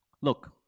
Look